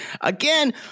Again